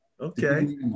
Okay